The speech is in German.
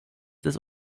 des